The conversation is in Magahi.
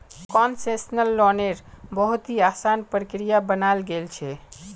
कोन्सेसनल लोन्नेर बहुत ही असान प्रक्रिया बनाल गेल छे